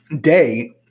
Day